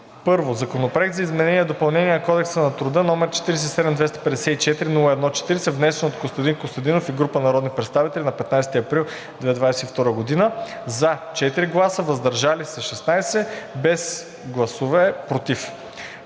1. Законопроект за изменение и допълнение на Кодекса на труда, № 47-254-01-40, внесен от Костадин Костадинов и група народни представители на 15 април 2022 г. – 4 гласа „за“, 16 гласа „въздържал се“, без гласове „против“;